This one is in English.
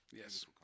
Yes